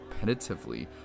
repetitively